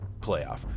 playoff